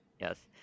Yes